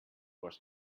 was